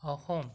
Assam